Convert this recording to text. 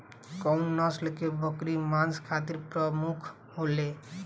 कउन नस्ल के बकरी मांस खातिर प्रमुख होले?